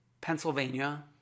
Pennsylvania